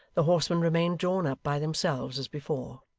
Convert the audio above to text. the horsemen remained drawn up by themselves as before.